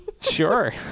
sure